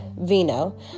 Vino